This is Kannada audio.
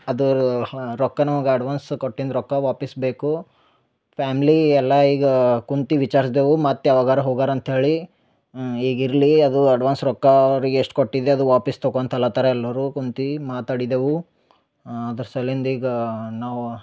ಅದರ ಹಾಂ ರೊಕ್ಕನು ಈಗ ಅಡ್ವಾನ್ಸ್ ಕೊಟ್ಟಿಂದ ರೊಕ್ಕ ವಾಪಸ್ ಬೇಕು ಫ್ಯಾಮ್ಲಿ ಎಲ್ಲಾ ಈಗ ಕುಂತಿ ವಿಚಾರ್ಸ್ದೆವು ಮತ್ತೆ ಯಾವಾಗರ ಹೋಗರ ಅಂತೇಳಿ ಈಗ ಇರಲಿ ಅದು ಅಡ್ವಾನ್ಸ್ ರೊಕ್ಕ ಅವ್ರಿಗೆ ಎಷ್ಟು ಕೊಟ್ಟಿದೆ ಅದು ವಾಪಸ್ ತಗೊಂತಲತ್ತರ ಎಲ್ಲರು ಕುಂತಿ ಮಾತಾಡಿದೆವು ಅದರ ಸಲ್ಲಿಂದ ಈಗ ನಾವು